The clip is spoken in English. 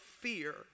fear